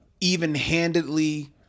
even-handedly